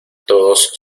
todos